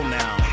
now